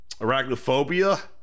arachnophobia